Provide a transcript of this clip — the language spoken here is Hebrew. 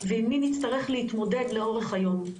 ועם מי נצטרך להתמודד לאורך היום.